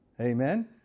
Amen